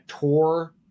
tour